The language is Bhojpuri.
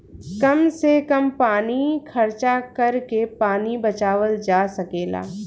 कम से कम पानी खर्चा करके पानी बचावल जा सकेला